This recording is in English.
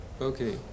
okay